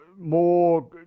more